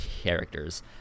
characters